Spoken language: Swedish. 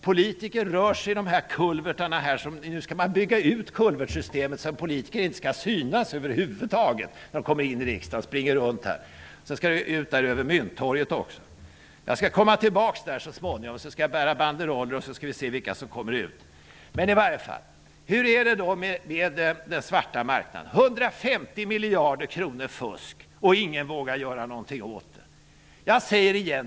Politikerna rör sig här i kulvertarna. Nu skall man bygga ut kulvertsystemet så att politiker inte skall synas över huvud taget när de kommer in i riksdagen och springer omkring här. Det skall byggas ut över Mynttorget också. Jag skall komma tillbaka dit så småningom och bära banderoller, och då skall vi se vilka som kommer ut. Hur är det då med den svarta marknaden? Fusk för 150 miljarder kronor, och ingen vågar göra någonting åt det!